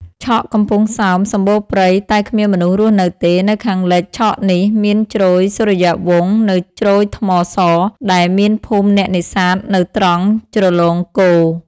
ឆកកំពង់សោម សំបូរព្រៃ តែគ្មានមនុស្សរស់នៅទេ នៅខាងលិច ឆកនេះ មានជ្រោយសូរីយ៍វង្ស និងជ្រោយថ្មស ដែលមានភូមិអ្នកនេសាទនៅត្រង់ ជ្រលងគោ ។